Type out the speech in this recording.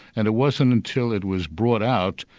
and it wasn't until it was brought out,